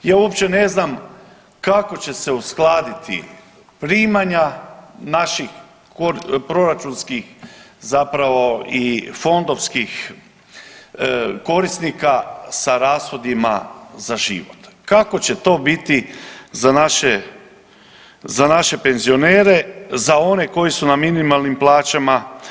Ja uopće ne znam kako će se uskladiti primanja naših proračunskih zapravo i fondovskih korisnika sa rashodima za život, kako će to biti za naše penzionere, za one koji su na minimalnim plaćama?